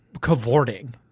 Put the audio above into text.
cavorting